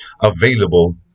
available